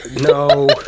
No